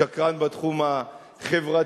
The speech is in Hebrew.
שקרן בתחום החברתי,